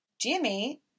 Jimmy